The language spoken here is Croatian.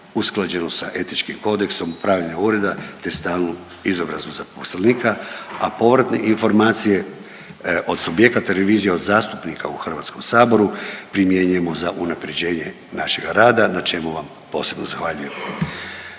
usklađeno sa etičkim kodeksom upravljanja ureda te stalnu izobrazbu zaposlenika, a povratne informacije od subjekata revizije, od zastupnika u HS-u primjenjujemo za unaprjeđenje našega rada, na čemu vam posebno zahvaljujemo.